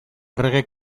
errege